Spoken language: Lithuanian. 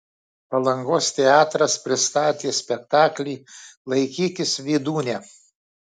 palangos teatras pristatė spektaklį laikykis vydūne